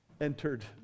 entered